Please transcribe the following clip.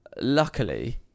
luckily